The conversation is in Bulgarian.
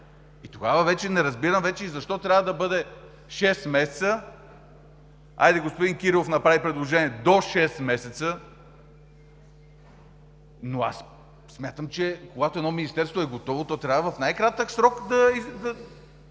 Тогава вече не разбирам защо трябва да бъде шест месеца. Господин Кирилов направи предложение „до шест месеца“, но аз смятам, че когато едно министерство е готово, то трябва в най-кратък срок да